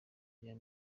rya